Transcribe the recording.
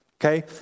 Okay